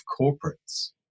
corporates